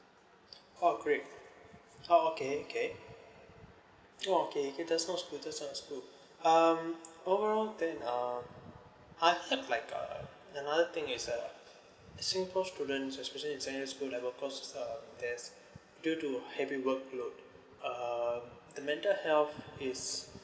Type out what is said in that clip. oh great oh okay okay oh okay okay that's sounds good that's sounds good um overall then um I've heard like uh another thing is uh singapore student especially in secondary school level course is uh there's due to heavy workload um the mental health is